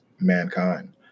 mankind